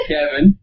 Kevin